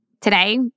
Today